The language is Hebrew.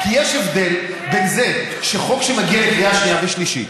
כי יש הבדל בזה שחוק שמגיע לקריאה שנייה ושלישית,